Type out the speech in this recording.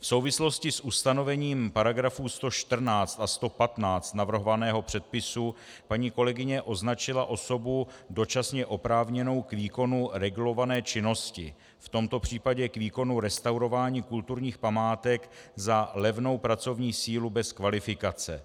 V souvislosti s ustanovením § 114 a 115 navrhovaného předpisu paní kolegyně označila osobu dočasně oprávněnou k výkonu regulované činnosti, v tomto případě k výkonu restaurování kulturních památek, za levnou pracovní sílu bez kvalifikace.